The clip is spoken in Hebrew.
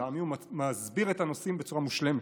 לטעמי הוא מסביר את הנושאים בצורה מושלמת.